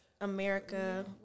America